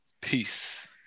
Peace